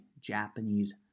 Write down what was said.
Japanese